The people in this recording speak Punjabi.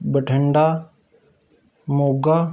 ਬਠਿੰਡਾ ਮੋਗਾ